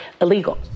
illegal